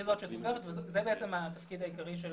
היא זו שסופרת וזה בעצם התפקיד העיקרי של